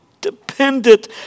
dependent